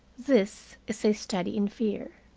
this is a study in fear.